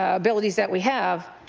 ah abilities that we have,